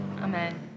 Amen